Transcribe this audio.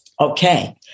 Okay